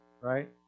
Right